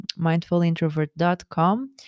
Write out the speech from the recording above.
mindfulintrovert.com